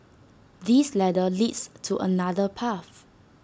this ladder leads to another path